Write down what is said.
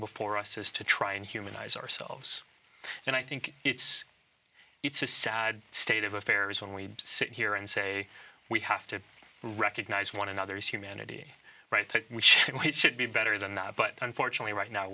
before us is to try and humanize ourselves and i think it's it's a sad state of affairs when we sit here and say we have to recognize one another's humanity right that we should be better than that but unfortunately right now